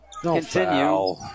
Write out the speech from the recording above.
continue